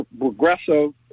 progressive